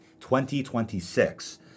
2026